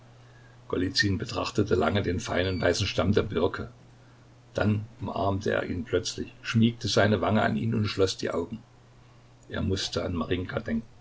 betrachtete lange den feinen weißen stamm der birke dann umarmte er ihn plötzlich schmiegte seine wange an ihn und schloß die augen er mußte an marinjka denken